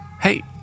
Hey